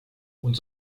und